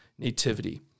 Nativity